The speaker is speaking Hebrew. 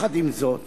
עם זאת,